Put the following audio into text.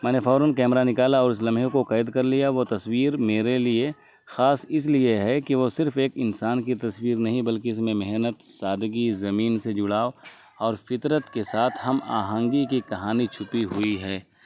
میں نے فوراً کیمرا نکالا اور اس لمحے کو قید کر لیا وہ تصویر میرے لیے خاص اس لیے ہے کہ وہ صرف ایک انسان کی تصویر نہیں بلکہ اس میں محنت سادگی زمین سے جڑاؤ اور فطرت کے ساتھ ہم آہنگی کی کہانی چھپی ہوئی ہے